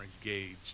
engaged